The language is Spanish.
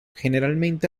generalmente